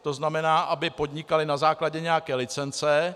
To znamená, aby podnikali na základě nějaké licence.